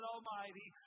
Almighty